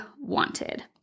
wanted